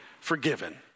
forgiven